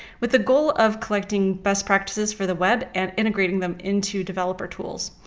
with the goal of collecting best practices for the web and integrating them into developer tools.